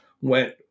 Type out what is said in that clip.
went